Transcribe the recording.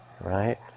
right